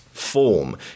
Form